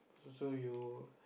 so so you